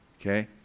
okay